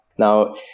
Now